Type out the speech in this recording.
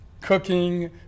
cooking